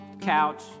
couch